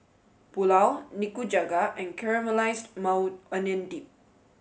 Pulao Nikujaga and Caramelized Maui Onion Dip